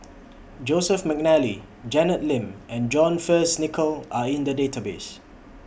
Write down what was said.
Joseph Mcnally Janet Lim and John Fearns Nicoll Are in The Database